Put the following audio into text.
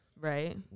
Right